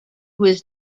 was